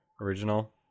original